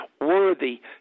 worthy